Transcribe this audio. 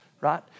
right